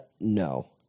no